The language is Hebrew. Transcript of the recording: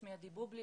שמי עדי בובליל,